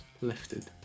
lifted